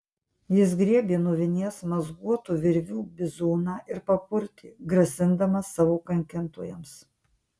jis griebė nuo vinies mazguotų virvių bizūną ir papurtė grasindamas savo kankintojams